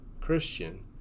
Christian